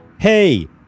Hey